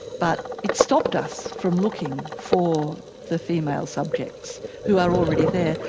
but it stopped us from looking for the female subjects who are already there.